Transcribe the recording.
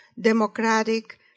democratic